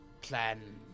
plan